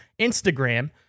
Instagram